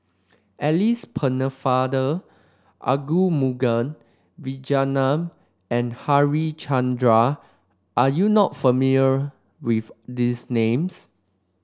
Alice Pennefather Arumugam Vijiaratnam and Harichandra are you not familiar with these names